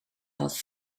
wat